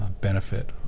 benefit